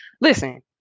Listen